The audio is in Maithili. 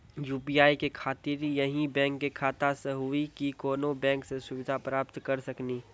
यु.पी.आई के खातिर यही बैंक के खाता से हुई की कोनो बैंक से सुविधा प्राप्त करऽ सकनी?